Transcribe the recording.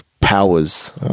Powers